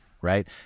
right